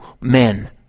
men